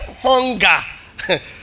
hunger